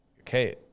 okay